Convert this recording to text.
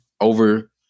over